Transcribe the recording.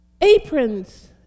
aprons